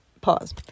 pause